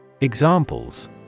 Examples